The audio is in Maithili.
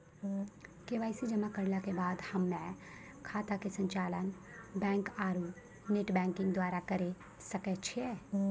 के.वाई.सी जमा करला के बाद हम्मय खाता के संचालन बैक आरू नेटबैंकिंग द्वारा करे सकय छियै?